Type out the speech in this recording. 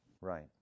Right